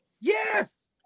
Yes